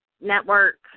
network